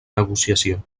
negociació